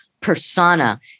persona